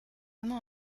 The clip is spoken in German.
immer